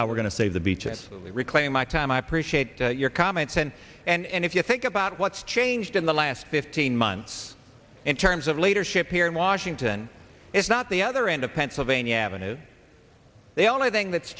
how we're going to save the beaches reclaiming my time i appreciate your comments and and if you think about what's changed in the last fifteen months in terms of leadership here in washington it's not the other end of pennsylvania avenue the only thing that's